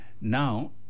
Now